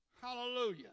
Hallelujah